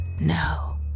No